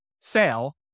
sale